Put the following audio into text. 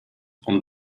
und